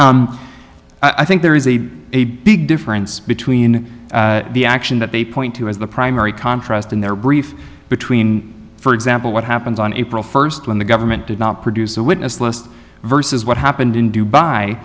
i think there is a a big difference between the action that they point to as the primary contrast in their brief between for example what happens on april first when the government did not produce a witness list versus what happened in